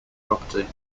property